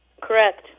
Correct